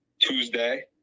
Tuesday